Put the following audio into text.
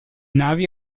navi